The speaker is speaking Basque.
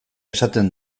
esaten